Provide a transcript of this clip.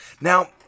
Now